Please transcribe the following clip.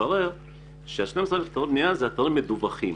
מתברר שאלו אתרים מדווחים.